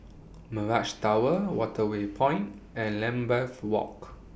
Mirage Tower Waterway Point and Lambeth Walk